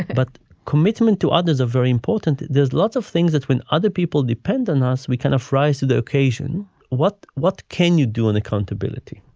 but commitment to others are very important. there's lots of things. that's when other people depend on us. we kind of rise to the occasion. what what can you do on accountability?